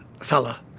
fella